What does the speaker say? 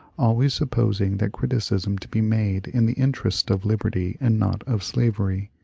always supposing that criticism to be made in the interest of liberty and not of slavery.